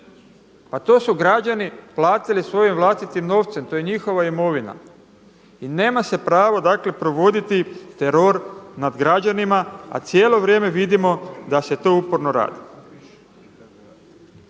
Pa to su građani platili svojim vlastitim novcem, to je njihova imovina. I nema se pravo dakle provoditi teror nad građanima a cijelo vrijeme vidimo da se to uporno radi.